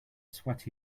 sweaty